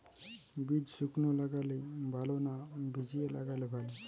বীজ শুকনো লাগালে ভালো না ভিজিয়ে লাগালে ভালো?